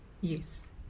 Yes